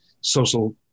social